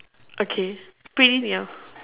okay pretty near